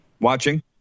watching